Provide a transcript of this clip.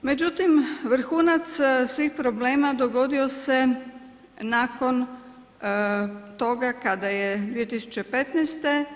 Međutim, vrhunac svih problema dogodio se nakon toga kada je 2015.